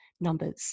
numbers